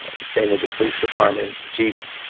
ah same with the police department. chief,